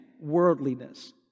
worldliness